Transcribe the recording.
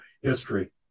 history